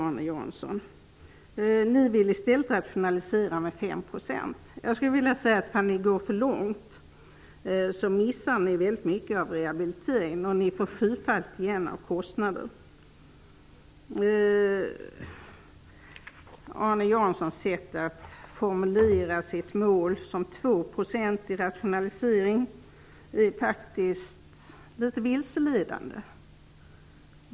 Arne Jansson och Ny demokrati vill rationalisera med 5 %. Jag skulle vilja säga att de går för långt. Därmed missar de mycket av rehabilitering och får sjufalt igen i kostnader. Arne Janssons sätt att formulera sitt mål som 2 % i rationalisering är vilseledande.